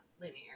linear